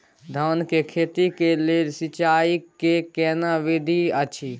धान के खेती के लेल सिंचाई कैर केना विधी अछि?